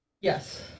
Yes